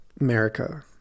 America